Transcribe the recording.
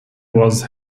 was